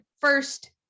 first